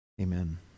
Amen